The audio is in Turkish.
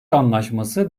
anlaşması